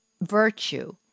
virtue